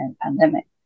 pandemic